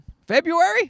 February